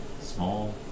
small